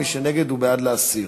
מי שנגד הוא בעד להסיר.